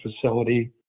facility